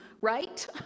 right